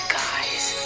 guys